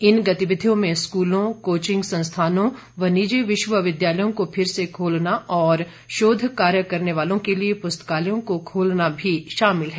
इन गतिविधियों में स्कूलों कोचिंग संस्थानों राज्यों तथा निजी विश्वविद्यालयों को फिर से खोलना और शोध कार्य करने वालों के लिए पुस्तकालयों को खोलना भी शामिल हैं